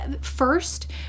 first